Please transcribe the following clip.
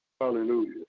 Hallelujah